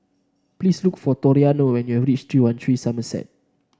please look for Toriano when you have reach three one three Somerset